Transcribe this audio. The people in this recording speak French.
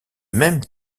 même